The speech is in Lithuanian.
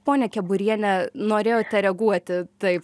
ponia keburiene norėjote reaguoti taip